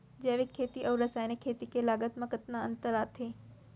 जैविक खेती अऊ रसायनिक खेती के लागत मा कतना अंतर आथे?